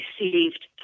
received